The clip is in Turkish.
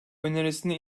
önerisini